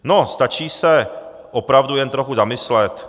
No, stačí se opravdu jen trochu zamyslet.